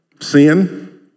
sin